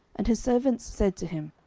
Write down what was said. and his servants said to him,